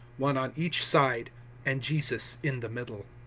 one on each side and jesus in the middle.